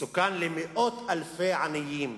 מסוכן למאות אלפי עניים,